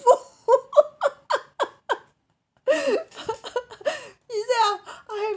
he said ah I